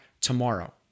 tomorrow